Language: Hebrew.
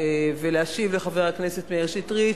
ולהשיב לחבר הכנסת מאיר שטרית,